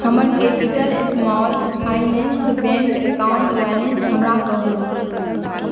हमर capital small finance bank account balance हमरा कहू